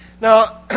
Now